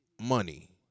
money